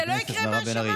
זה לא יקרה מהשמיים.